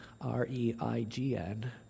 R-E-I-G-N